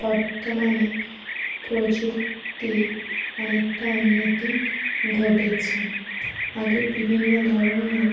বর্তমানে প্রযুক্তির অনেকটা উন্নতি ঘটেছে আগে বিভিন্ন ধরনের